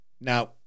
Now